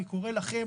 אני קורא לכם,